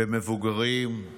במבוגרים.